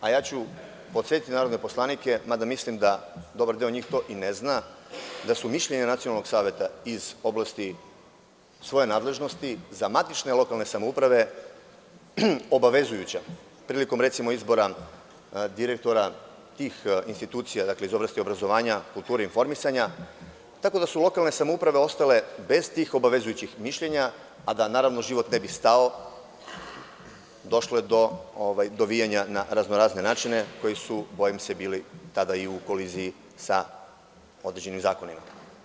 Podsetiću narodne poslanike, mada mislim da dobar deo njih to i ne zna, da su mišljenja nacionalnog saveta iz oblasti svoje nadležnosti za matične lokalne samouprave obavezujuća, recimo, prilikom izbora direktora tih institucija, iz oblasti obrazovanja, kulture, informisanja, tako da su lokalne samouprave ostale bez tih obavezujućih mišljenja, a da život ne bi stao, došlo je do dovijanja na raznorazne načine koji su, bojim se, tada bili i u koliziji sa određenim zakonima.